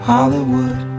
Hollywood